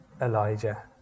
Elijah